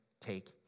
take